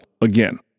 again